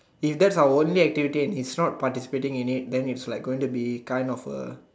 if that's our only activity and his not participating in it then it's like going be kind of a